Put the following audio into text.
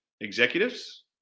executives